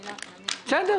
בסדר,